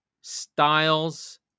styles